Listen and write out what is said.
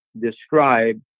describe